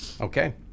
Okay